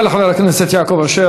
תודה לחבר הכנסת יעקב אשר.